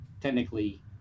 technically